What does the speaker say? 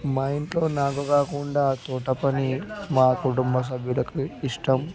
మా ఇంట్లో నాకు కాకుండా తోట పని మా కుటుంబ సభ్యులకి ఇష్టం